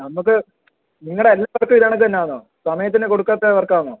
നമുക്ക് നിങ്ങളുടെ എല്ലാ വർക്കും ഈ കണക്ക് തന്നെ ആണോ സമയത്തിന് കൊടുക്കാത്ത വർക്കാണോ